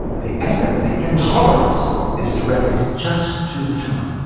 the anger, the intolerance is directed just to the tumour,